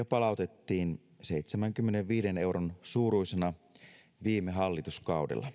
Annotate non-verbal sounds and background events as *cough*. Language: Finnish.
*unintelligible* palautettiin seitsemänkymmenenviiden euron suuruisena viime hallituskaudella *unintelligible*